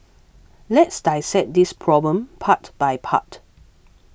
let's dissect this problem part by part